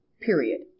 period